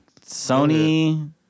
Sony